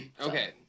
Okay